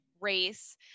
race